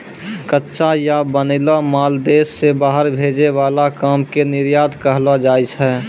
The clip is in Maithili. कच्चा या बनैलो माल देश से बाहर भेजे वाला काम के निर्यात कहलो जाय छै